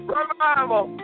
Revival